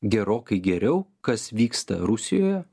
gerokai geriau kas vyksta rusijoje